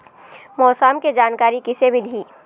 मौसम के जानकारी किसे मिलही?